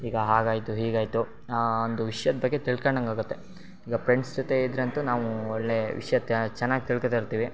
ಈಗ ಹಾಗಾಯಿತು ಹೀಗಾಯಿತು ಒಂದು ವಿಷ್ಯದ ಬಗ್ಗೆ ತಿಳ್ಕೊಂಡಂಗಾಗುತ್ತೆ ಈಗ ಪ್ರೆಂಡ್ಸ್ ಜೊತೆ ಇದ್ದರಂತೂ ನಾವು ಒಳ್ಳೆಯ ವಿಷಯ ತ ಚೆನ್ನಾಗಿ ತಿಳ್ಕೋತಾ ಇರ್ತೀವಿ